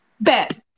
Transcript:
Bet